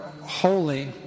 holy